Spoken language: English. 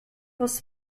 was